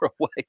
away